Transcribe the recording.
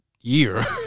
Year